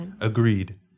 agreed